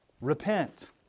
repent